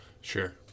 sure